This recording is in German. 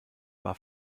war